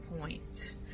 point